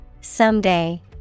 Someday